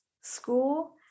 school